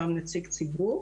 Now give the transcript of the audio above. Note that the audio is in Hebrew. גם נציג ציבור,